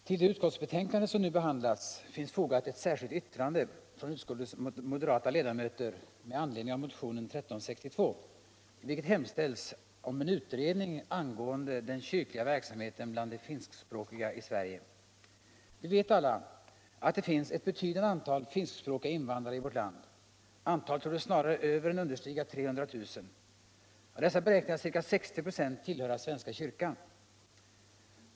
Fru talman! Till det utskottsbetänkande som nu behandlas finns fogat ett särskilt yttrande från utskottets moderata ledamöter med anledning av motionen 1362, i vilken hemställs om utredning angående den kyrkliga verksamheten bland de finskspråkiga i Sverige. Vi vet alla att det finns ett betydande antal finskspråkiga invandrare i vårt land — antalet torde snarare Ööver än understiga 300 000. Av dessa beräknas ca 60 a tillhöra svenska kyrkan.